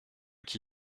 qui